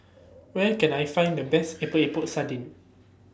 Where Can I Find The Best Epok Epok Sardin